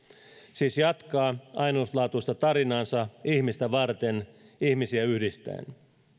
siis jatkaa ainutlaatuista tarinaansa ihmistä varten ihmisiä yhdistäen